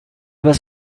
was